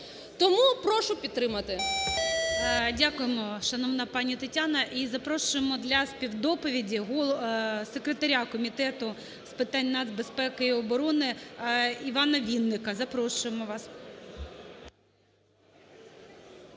17:34:15 ГОЛОВУЮЧИЙ Дякуємо, шановна пані Тетяна. І запрошуємо для співдоповіді секретаря Комітету з питань нацбезпеки і оборони Івана Вінника. Запрошуємо вас.